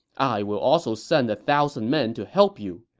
i will also send a thousand men to help you.